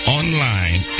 online